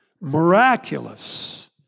miraculous